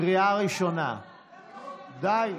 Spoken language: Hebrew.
קריאה ראשונה, די.